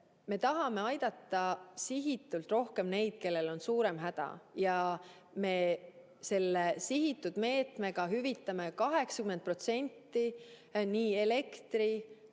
me tahame aidata sihitult rohkem neid, kellel on suurem häda. Selle sihitud meetmega me hüvitame 80% elektri-,